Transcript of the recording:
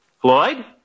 Floyd